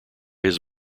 his